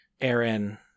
Aaron